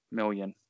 million